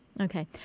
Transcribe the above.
Okay